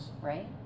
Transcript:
right